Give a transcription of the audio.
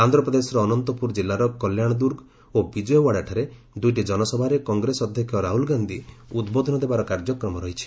ଆନ୍ଧ୍ରପ୍ରଦେଶର ଅନନ୍ତପୁର ଜିଲ୍ଲାର କଲ୍ୟାଣ ଦୂର୍ଗ ଓ ବିଜୟୱାଡ଼ାଠାରେ ଦୂଇଟି ଜନସଭାରେ କଂଗ୍ରେସ ଅଧ୍ୟକ୍ଷ ରାହ୍ରଲ ଗାନ୍ଧି ଉଦ୍ବୋଧନ ଦେବାର କାର୍ଯ୍ୟକ୍ରମ ରହିଛି